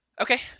Okay